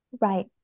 Right